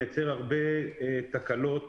מייצר הרבה תקלות